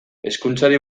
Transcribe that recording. hezkuntzari